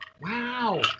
Wow